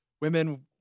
women